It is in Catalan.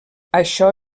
això